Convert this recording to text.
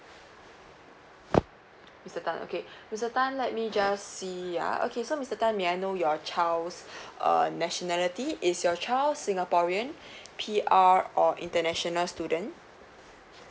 mister tan ah okay mister tan let me just see ya okay so mister tan may I know your child's err nationality is your child singaporean P_R or international student